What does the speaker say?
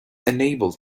unable